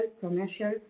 commercial